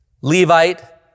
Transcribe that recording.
Levite